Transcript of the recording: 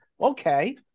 Okay